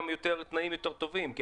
נקודות יציאה כך גם התנאים יותר טובים.